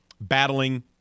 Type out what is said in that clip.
Battling